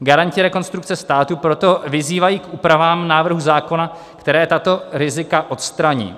Garanti rekonstrukce státu proto vyzývají k úpravám návrhu zákona, které tato rizika odstraní.